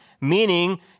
meaning